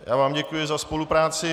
Já vám děkuji za spolupráci.